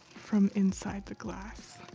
from inside the glass.